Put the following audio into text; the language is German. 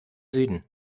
süden